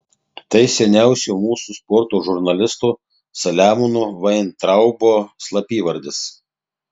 tai seniausio mūsų sporto žurnalisto saliamono vaintraubo slapyvardis